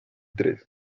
tres